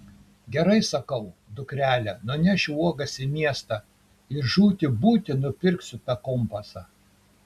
gerai sakau dukrele nunešiu uogas į miestą ir žūti būti nupirksiu tą kompasą